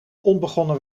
onbegonnen